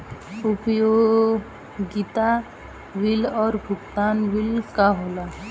उपयोगिता बिल और भुगतान बिल का होला?